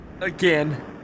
Again